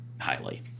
highly